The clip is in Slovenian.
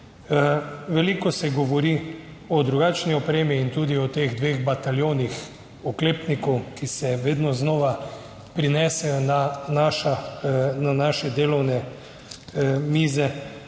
veliko se govori o drugačni opremi in tudi o teh dveh bataljonih oklepnikov, ki se vedno znova prinesejo na naše delovne mize.